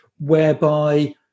whereby